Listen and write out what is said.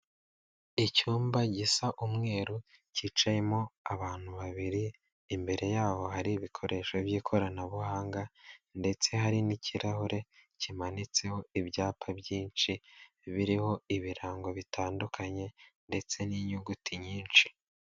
Icyumba gisa umweru Kicayemo abantu babiri, imbere yaho hari ibikoresho by'ikoranabuhanga ndetse hari n'ikirahure kimanitseho ibyapa byinshi biriho ibirango bitandukanye ndetse n'inyuguti nyinshi.